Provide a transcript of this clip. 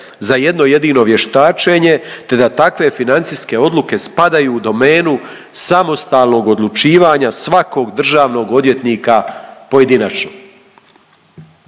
za jedno jedinio vještačenje, te da takve financijske odluke spadaju u domenu samostalnog odlučivanja svakog državnog odvjetnika pojedinačno.